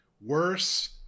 worse